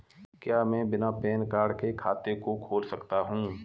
क्या मैं बिना पैन कार्ड के खाते को खोल सकता हूँ?